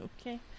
Okay